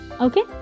Okay